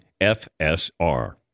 FSR